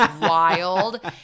wild